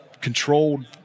controlled